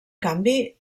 canvi